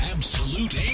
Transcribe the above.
Absolute